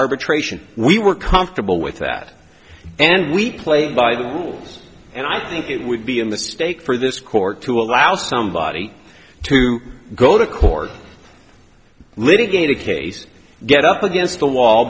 arbitration we were comfortable with that and we play by the rules and i think it would be a mistake for this court to allow somebody to go to court litigate a case get up against a wall